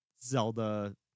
Zelda